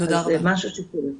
אז זה משהו שקורה.